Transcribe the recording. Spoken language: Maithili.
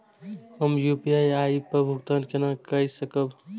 हम यू.पी.आई पर भुगतान केना कई सकब?